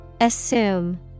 Assume